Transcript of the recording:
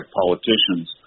politicians